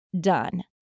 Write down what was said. done